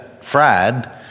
Fried